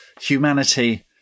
humanity